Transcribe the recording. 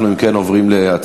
אם כן, אנחנו עוברים להצבעה